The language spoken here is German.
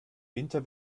winter